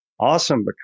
awesome